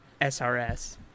SRS